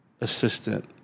assistant